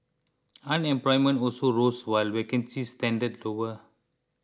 unemployment also rose while vacancies trended lower